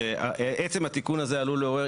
עצם התיקון הזה עלול לעורר,